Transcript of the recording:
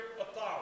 authority